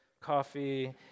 coffee